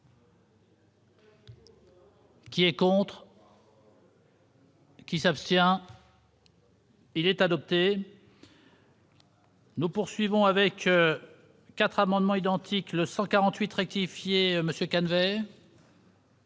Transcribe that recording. Qui est contre. Qui s'abstient. Il est adopté. Nous poursuivons avec 4 amendements identiques, le 148 rectifier monsieur